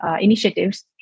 initiatives